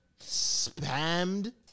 spammed